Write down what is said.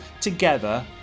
together